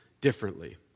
differently